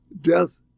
Death